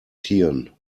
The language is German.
tieren